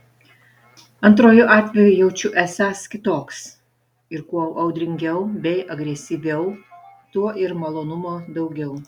antruoju atveju jaučiu esąs kitoks ir kuo audringiau bei agresyviau tuo ir malonumo daugiau